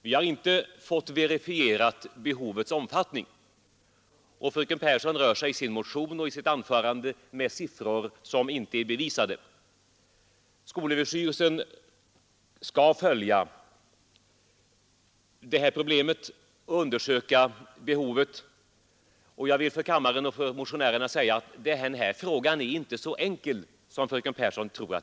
Vi har inte fått behovets omfattning verifierat, och fröken Pehrsson rör sig i sin motion och i sitt anförande med siffror som inte är bevisade. Skolöverstyrelsen skall följa detta problem och undersöka behovet. Jag ber kammaren och motionärerna uppmärksamma att den här frågan inte är så enkel som fröken Pehrsson tror.